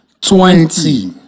twenty